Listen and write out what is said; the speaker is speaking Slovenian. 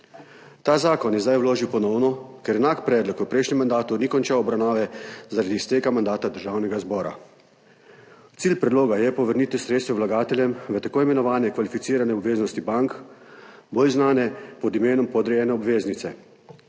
Ta zakon je zdaj vložil ponovno, ker enak predlog v prejšnjem mandatu ni končal obravnave zaradi izteka mandata Državnega zbora. Cilj predloga je povrnitev sredstev vlagateljem v tako imenovane kvalificirane obveznosti bank, bolj znane pod imenom podrejene obveznice.